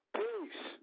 Peace